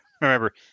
remember